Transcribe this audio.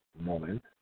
moment